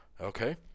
Okay